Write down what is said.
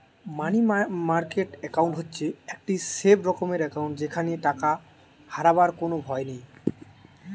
মানি market account হচ্ছে একটি safe রকমের একাউন্ট যেখানে টাকা হারাবার কোনো ভয় নাই